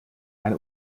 ein